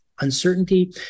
uncertainty